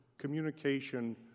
communication